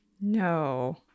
No